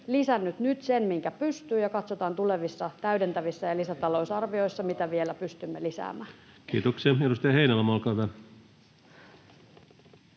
lisännyt nyt sen, minkä pystyy, ja katsotaan tulevissa täydentävissä ja lisätalousarvioissa, mitä vielä pystymme lisäämään. Kiitoksia. — Edustaja Heinäluoma, olkaa hyvä.